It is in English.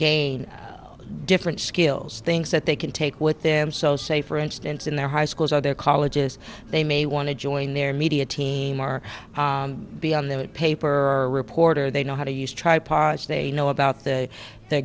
gain different skills things that they can take with them so say for instance in their high schools or their colleges they may want to join their media team or be on the paper or a reporter they know how to use tripods they know about the